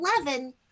Eleven